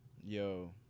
Yo